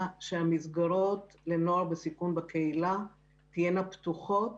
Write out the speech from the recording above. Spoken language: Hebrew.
שהמסגרות לנוער בסיכון בקהילה תהיינה פתוחות